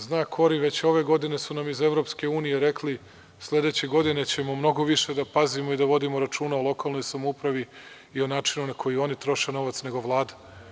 Zna Kori, već i ove godine su nam iz EU rekli – sledeće godine ćemo mnogo više da pazimo i da vodimo računa o lokalnoj samoupravi i o načinu na koji oni troše novac nego Vlada.